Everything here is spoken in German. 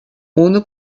ohne